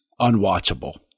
unwatchable